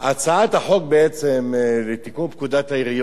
הצעת החוק לתיקון פקודת העיריות